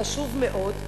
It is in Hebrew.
חשוב מאוד.